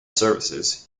services